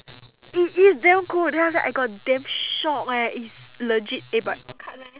it is damn good then after that I got damn shocked eh it's legit eh but